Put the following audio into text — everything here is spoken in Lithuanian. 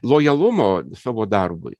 lojalumo savo darbui